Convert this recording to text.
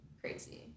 crazy